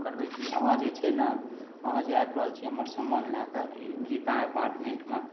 करबय की अहाँ जे छै न अहाँ जे आबि रहल छी हमर समान लएके ई गीता अपार्टमेन्टमे